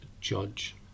judge